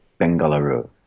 Bengaluru